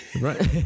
Right